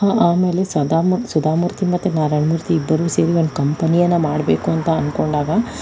ಆಮೇಲೆ ಸುಧಾಮೂರ್ ಸುಧಾಮೂರ್ತಿ ಮತ್ತೆ ನಾರಾಯಣ್ ಮೂರ್ತಿ ಇಬ್ಬರು ಸೇರಿ ಒಂದು ಕಂಪನಿಯನ್ನು ಮಾಡಬೇಕು ಅಂತ ಅಂದ್ಕೊಂಡಾಗ